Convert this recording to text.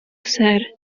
ser